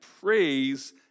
praise